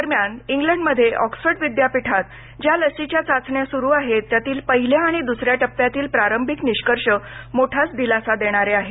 दरम्यान इंग्लंड मध्ये ऑक्सफर्ड विद्यापीठात ज्या लसीच्या चाचण्या सुरू आहेत त्यातील पहिल्या आणि दुसऱ्या टप्प्यातील प्रारंभिक निष्कर्ष मोठाच दिलासा देणारे आहेत